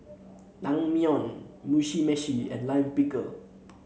Naengmyeon Mugi Meshi and Lime Pickle